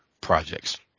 projects